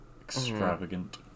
Extravagant